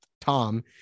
Tom